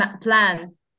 plans